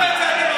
מהמעסיק.